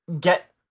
get